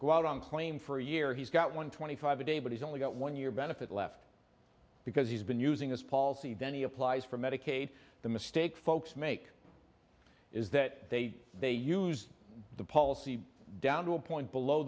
go out on claim for a year he's got one twenty five a day but he's only got one year benefit left because he's been using his palsy then he applies for medicaid the mistake folks make is that they they use the policy down to a point below